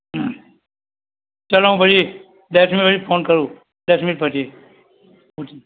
હં ચાલો હું પછી દસ મિનિટ પછી ફોન કરું દસ મિનિટ પછી ઓકે